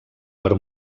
per